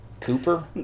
Cooper